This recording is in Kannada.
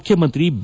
ಮುಖ್ಯಮಂತ್ರಿ ಬಿ